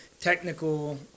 technical